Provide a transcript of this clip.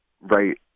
right